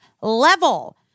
level